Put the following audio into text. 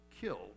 killed